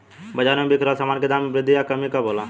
बाज़ार में बिक रहल सामान के दाम में वृद्धि या कमी कब होला?